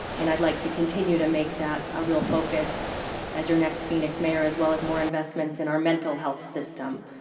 and i'd like to continue to make that a real focus as your next phoenix mayor, as well as more investments in our mental heath system.